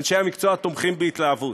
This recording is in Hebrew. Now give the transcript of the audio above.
אנשי המקצוע תומכים בהתלהבות.